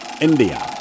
India